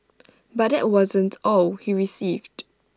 but that wasn't all he received